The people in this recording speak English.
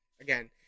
Again